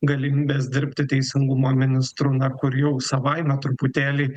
galimybės dirbti teisingumo ministru na kur jau savaime truputėlį